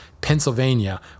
Pennsylvania